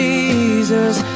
Jesus